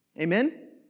Amen